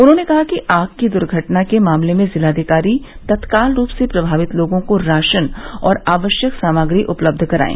उन्होंने कहा कि आग की दुर्घटना के मामलों में जिलाधिकारी तत्काल रूप से प्रभावित लोगों को राशन और आवश्यक सामग्री उपलब्ध कराये